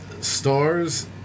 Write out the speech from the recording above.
Stars